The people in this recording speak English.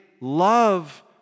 love